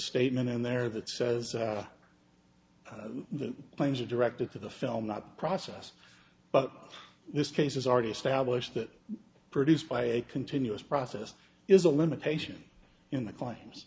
statement in there that says the claims are directed to the film not process but this case is already established that produced by a continuous process is a limitation in the claims